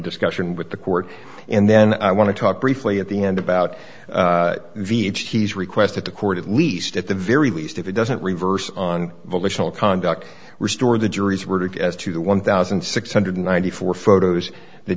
discussion with the court and then i want to talk briefly at the end about the each he's requested the court at least at the very least if it doesn't reverse on volitional conduct restore the jury's verdict as to the one thousand six hundred ninety four photos that